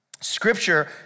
Scripture